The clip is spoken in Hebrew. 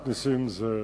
חבר הכנסת נסים זאב.